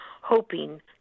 hoping